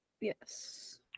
Yes